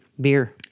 Beer